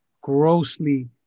grossly